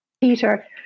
Peter